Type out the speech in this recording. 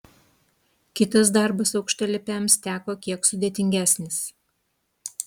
kitas darbas aukštalipiams teko kiek sudėtingesnis